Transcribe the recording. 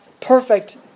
perfect